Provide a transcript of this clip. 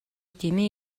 дэмий